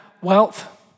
wealth